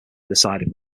decided